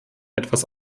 etwas